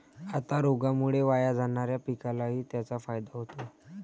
आता रोगामुळे वाया जाणाऱ्या पिकालाही त्याचा फायदा होतो